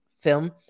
film